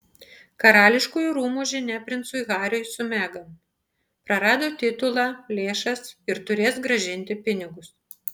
karališkųjų rūmų žinia princui hariui su megan prarado titulą lėšas ir turės grąžinti pinigus